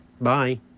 bye